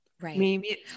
Right